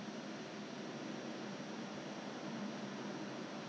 different time so 他们两个是 J_C one J_C one 他们